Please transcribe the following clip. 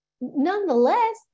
nonetheless